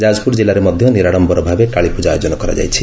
ଯାଜପୁର ଜିଲ୍ଲାରେ ମଧ ନିରାଡମ୍ସର ଭାବେ କାଳୀପୁଜା ଆୟୋଜନ କରାଯାଇଛି